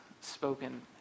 spoken